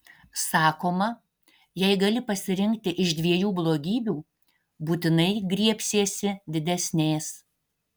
sakoma jei gali pasirinkti iš dviejų blogybių būtinai griebsiesi didesnės